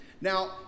Now